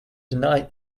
deny